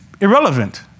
irrelevant